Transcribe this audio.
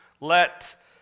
let